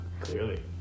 Clearly